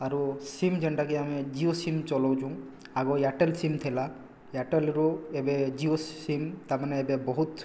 ଆରୁ ସିମ୍ ଯେନ୍ଟାକି ଆମେ ଜିଓ ସିମ୍ ଚଲଉଛୁ ଆଗ ଏୟାରଟେଲ୍ ସିମ୍ ଥିଲା ଏୟାରଟେଲ୍ରୁ ଏବେ ଜିଓ ସିମ୍ ତାମାନେ ଏବେ ବହୁତ